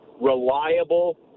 reliable